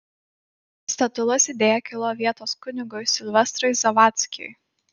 statulos idėja kilo vietos kunigui silvestrui zavadzkiui